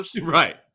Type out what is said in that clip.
Right